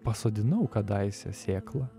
pasodinau kadaise sėklą